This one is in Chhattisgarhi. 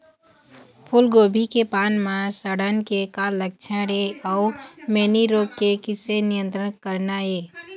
फूलगोभी के पान म सड़न के का लक्षण ये अऊ मैनी रोग के किसे नियंत्रण करना ये?